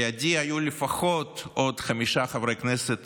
לידי היו לפחות עוד חמישה חברי כנסת